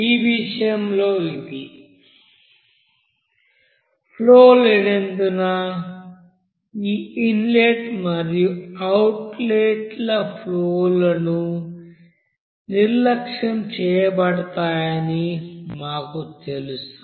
ఈ విషయంలో ఫ్లో లేనందున ఈ ఇన్లెట్ మరియు అవుట్లెట్ ఫ్లో లు నిర్లక్ష్యం చేయబడతాయని మాకు తెలుసు